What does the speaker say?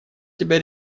тебя